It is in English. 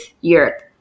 Europe